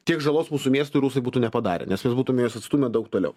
tiek žalos mūsų miestui rusai būtų nepadarę nes mes būtume juos atstūmę daug toliau